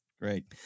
Great